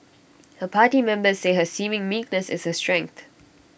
her party members say her seeming meekness is her strength